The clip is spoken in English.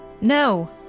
no